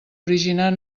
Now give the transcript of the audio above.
originar